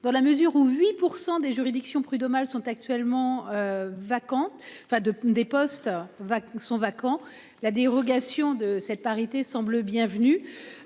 dans la mesure où 8% des juridictions prud'homales sont actuellement vacants fin de pneus des postes vacants sont vacants. La dérogation de cette parité semble bienvenue.